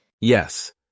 Yes